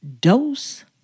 dose